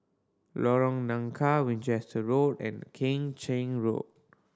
Lorong Nangka Winchester Road and Kheng Cheng Road